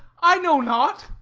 i know not.